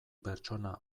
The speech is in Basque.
pertsona